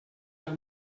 del